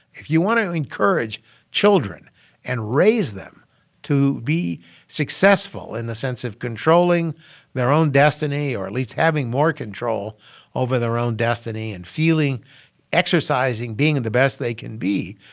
if you want to encourage children and raise them to be successful in the sense of controlling their own destiny or at least having more control over their own destiny and feeling exercising, being and the best they can be,